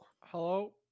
hello